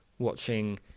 Watching